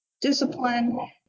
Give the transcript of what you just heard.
discipline